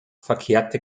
verkehrte